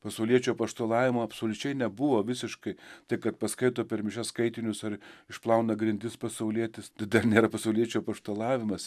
pasauliečių apaštalavimo absoliučiai nebuvo visiškai tai kad paskaito per mišias skaitinius ar išplauna grindis pasaulietis tai dar nėra pasauliečių apaštalavimas